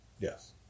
Yes